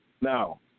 now